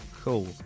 cool